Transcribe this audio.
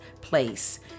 place